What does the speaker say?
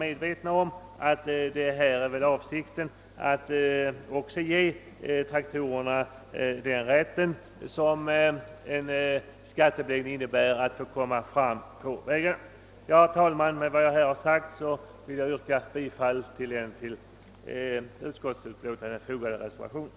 Med vad jag nu anfört ber jag att få yrka bifall till den vid utskottets utlåtande fogade reservationen.